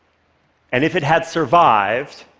and if it had survived,